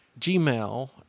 Gmail